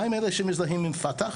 מה עם אלה שמזדהים עם פתח,